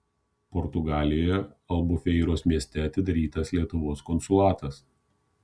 portugalijoje albufeiros mieste atidarytas lietuvos konsulatas